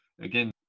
again